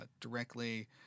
directly